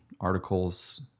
articles